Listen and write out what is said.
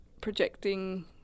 projecting